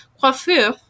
coiffure